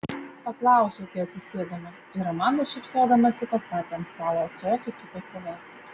paklausiau kai atsisėdome ir amanda šypsodamasi pastatė ant stalo ąsotį su kakava